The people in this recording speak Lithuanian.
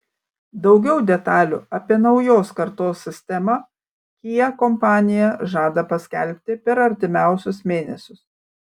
daugiau detalių apie naujos kartos sistemą kia kompanija žada paskelbti per artimiausius mėnesius